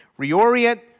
Reorient